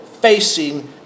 facing